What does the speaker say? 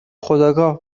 خودآگاه